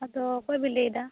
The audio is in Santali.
ᱟᱫᱚ ᱚᱠᱚᱭ ᱵᱤᱱ ᱞᱟᱹᱭᱮᱫᱟ